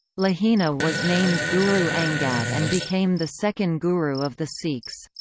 lahina was named guru angad and became the second guru of the sikhs.